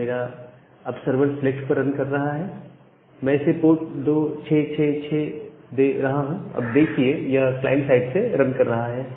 अब मेरा server select पर रन करता है मैं इसे पोर्ट 2666 दे रहा हूं अब देखिए यह क्लाइंट साइड से रन कर रहा है